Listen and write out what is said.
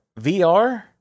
VR